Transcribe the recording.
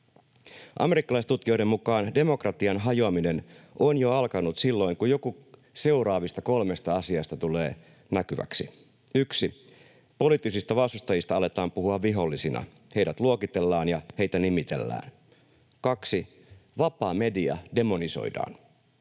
Amerikkalaistutkijoiden mukaan demokratian hajoaminen on jo alkanut silloin, kun joku seuraavista kolmesta asiasta tulee näkyväksi: 1) Poliittisista vastustajista aletaan puhua vihollisina. Heidät luokitellaan, ja heitä nimitellään. 2) Vapaa media demonisoidaan.